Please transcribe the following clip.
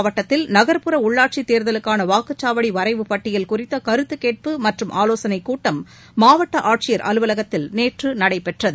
மாவட்டத்தில் நகர்ப்புற உள்ளாட்சிதேர்தலுக்கானவாக்குச்சாவடிவரைவு பட்டியல் விருதநகர் குறித்தகருத்துகேட்பு மற்றும் ஆலோசனைகூட்டம் மாவட்டஆட்சியர் அலுவலகத்தில் நேற்றுநடைபெற்றது